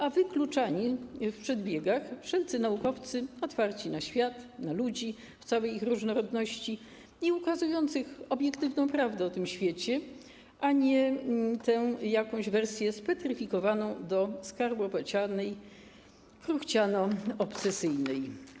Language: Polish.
A wykluczani w przedbiegach będą wszelcy naukowcy otwarci na świat, na ludzi w całej ich różnorodności i ukazujący obiektywną prawdę o tym świecie, a nie tę jakąś wersję spetryfikowaną do skarłowaciałej, kruchciano-obsesyjnej.